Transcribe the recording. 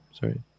sorry